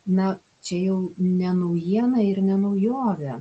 na čia jau ne naujiena ir ne naujovė